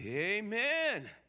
amen